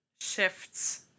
shifts